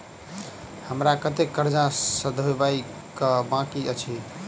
हमरा कतेक कर्जा सधाबई केँ आ बाकी अछि?